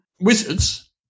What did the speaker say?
Wizards